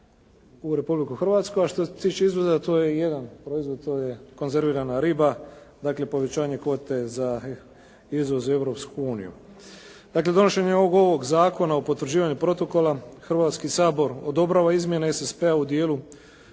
u Republiku Hrvatsku, a što se tiče izvoza to je jedan proizvod, to je konzervirana riba, dakle povećanje kvote za izvoz u Europsku uniju. Dakle, donošenje ovog Zakona o potvrđivanju protokola Hrvatski sabor odobrava izmjene SSP-a u dijelu